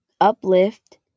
uplift